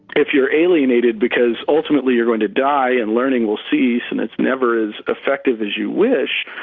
if you're alienated because ultimately you're going to die and learning will cease and it's never as effective as you wish,